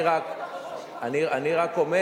אני רק אומר